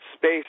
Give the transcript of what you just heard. Space